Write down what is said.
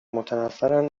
متنفرن